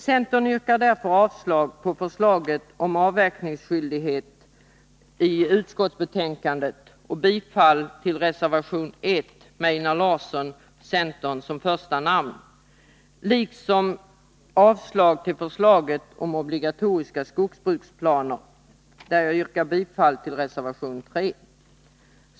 Centern yrkar därför avslag på förslaget om avverkningsskyldighet i utskottsbetänkandet och bifall till reservation 1 med Einar Larsson, centern, som första namn, liksom avslag på förslaget om obligatoriska skogsbruksplaner, där jag yrkar bifall till reservation 3.